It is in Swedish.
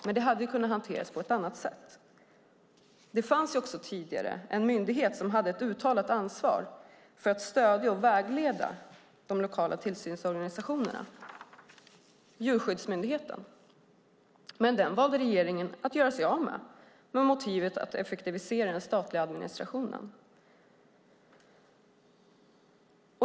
Men det hade kunnat hanteras på ett annat sätt. Det fanns tidigare en myndighet som hade ett uttalat ansvar för att stödja och vägleda de lokala tillsynsorganisationerna: Djurskyddsmyndigheten. Men den valde regeringen att göra sig av med, med motivet att effektivisera den statliga administrationen.